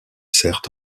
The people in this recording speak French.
sert